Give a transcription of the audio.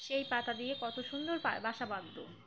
সেই পাতা দিয়ে কত সুন্দর বা বাসা বাঁধত